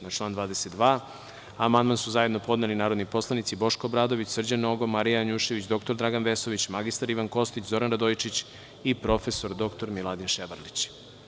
Na član 22. amandman su zajedno podneli su narodni poslanici Boško Obradović, Srđan Nogo, Marija Janjušević, dr Dragan Vesović, mr Ivan Kostić, Zoran Radojičić i prof. dr Miladin Ševarlić.